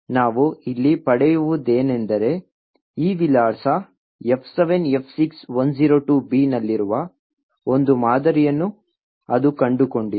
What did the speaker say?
ನಾವು ಇಲ್ಲಿ ಪಡೆಯುವುದೇನೆಂದರೆ ಈ ವಿಳಾಸ F7F6102B ನಲ್ಲಿರುವ ಒಂದು ಮಾದರಿಯನ್ನು ಅದು ಕಂಡುಕೊಂಡಿದೆ